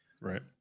Right